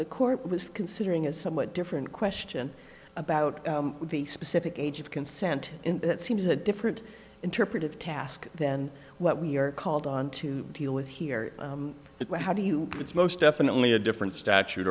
the court was considering a somewhat different question about the specific age of consent that seems a different interpretive task than what we are called on to deal with here but how do you it's most definitely a different statute